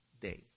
day